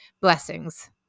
Blessings